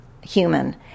human